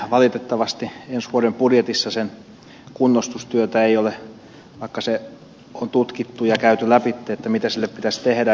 valitettavasti ensi vuoden budjetissa sen kunnostustyötä ei ole vaikka on tutkittu ja käyty läpi mitä sille pitäisi tehdä